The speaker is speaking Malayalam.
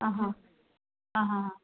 ആഹാ ആ ഹാ ഹാ